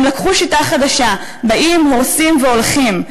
הם לקחו שיטה חדשה, באים, הורסים והולכים.